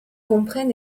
comprennent